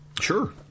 Sure